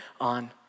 on